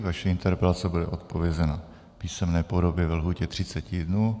Vaše interpelace bude odpovězena v písemné podobě ve lhůtě 30 dnů.